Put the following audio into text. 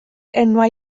enwau